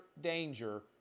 danger